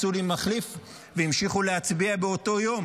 מצאו לי מחליף והמשיכו להצביע באותו יום